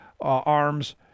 arms